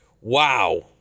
Wow